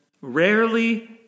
rarely